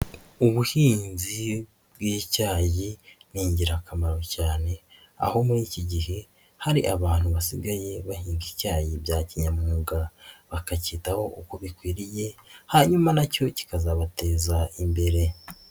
Ubuhinzi bw'icyayi ni ingirakamaro cyane aho muri iki gihe hari abantu basigaye bahinga icyayi bya kinyamwuga bakacyitaho uko bikwiriye hanyuma na cyo kikazabateza imbere.